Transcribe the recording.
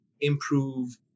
improve